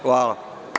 Hvala.